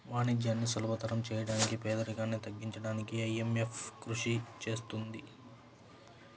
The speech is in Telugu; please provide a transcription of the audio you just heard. వాణిజ్యాన్ని సులభతరం చేయడానికి పేదరికాన్ని తగ్గించడానికీ ఐఎంఎఫ్ కృషి చేస్తుంది